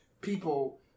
people